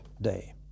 day